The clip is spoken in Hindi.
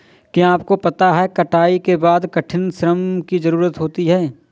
क्या आपको पता है कटाई के बाद कठिन श्रम की ज़रूरत होती है?